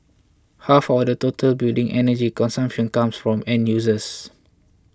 half of the total building energy consumption comes from end users